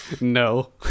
No